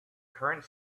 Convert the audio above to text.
current